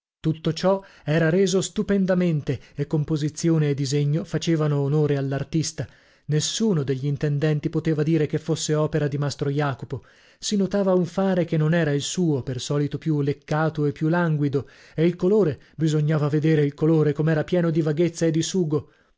tutto ciò era reso stupendamente e composizione e disegno facevano onore all'artista nessuno degli intendenti poteva dire che fosse opera di mastro jacopo si notava un fare che non era il suo per solito più leccato e più languido e il colore bisognava vedere il colore com'era pieno di vaghezza e di sugo